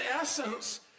essence